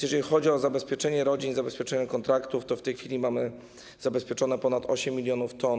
Jeżeli chodzi o zabezpieczenie rodzin i zabezpieczenie kontraktów, to w tej chwili mamy zabezpieczone ponad 8 mln t.